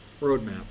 roadmap